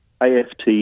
aft